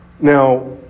Now